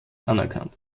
anerkannt